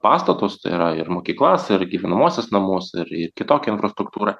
pastatus tai yra ir mokyklas ir gyvenamuosius namus ir kitokią infrastruktūrą